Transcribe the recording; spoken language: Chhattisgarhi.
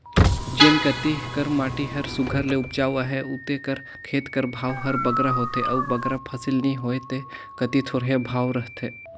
जेन कती कर माटी हर सुग्घर ले उपजउ अहे उते कर खेत कर भाव हर बगरा होथे अउ बगरा फसिल नी होए ते कती थोरहें भाव रहथे